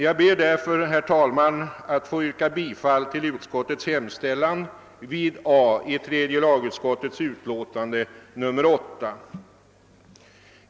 Jag ber därför, herr talman, att få yrka bifall till tredje lagutskottets hemställan under moment A i utskottets utlåtande nr 8.